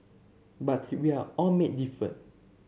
but he we are all made different